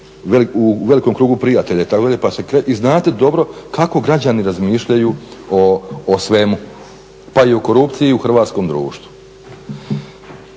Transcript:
u velikom krugu prijatelja i znate dobro kako građani razmišljaju o svemu pa i o korupciji u Hrvatskom društvu.